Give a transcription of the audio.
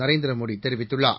நரேந்திர மோடி தெரிவித்துள்ளார்